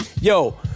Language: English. Yo